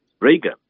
Reagan